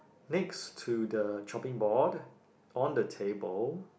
next to the chopping board on the table